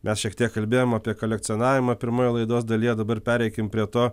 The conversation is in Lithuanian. mes šiek tiek kalbėjom apie kolekcionavimą pirmoj laidos dalyje dabar pereikim prie to